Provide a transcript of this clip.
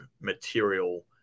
material